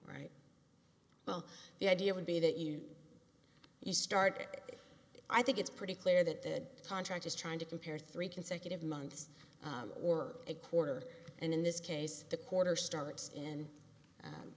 right well the idea would be that you you start it i think it's pretty clear that the contract is trying to compare three consecutive months or a quarter and in this case the quarter starts in